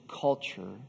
culture